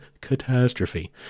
catastrophe